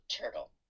Turtle